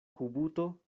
kubuto